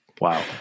wow